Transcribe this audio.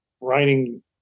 writing